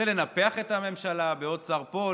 זה לנפח את הממשלה בעוד שר פה,